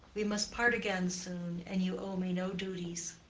we must part again soon and you owe me no duties.